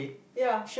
ya